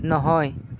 নহয়